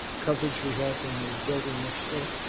coverage we have in the building next door,